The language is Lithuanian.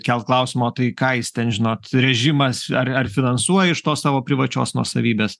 kelt klausimą o tai ką jis ten žino režimas ar ar finansuoja iš tos savo privačios nuosavybės